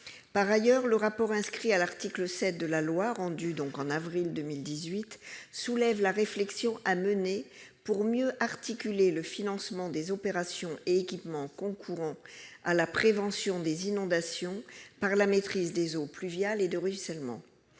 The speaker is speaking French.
Par ailleurs, le rapport inscrit à l'article 7 de la loi, qui a été rendu en avril 2018, soulève la réflexion à mener pour mieux articuler le financement des opérations et équipements concourant à la prévention des inondations par la maîtrise des eaux pluviales et de ruissellement.